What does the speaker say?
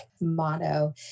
motto